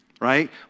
Right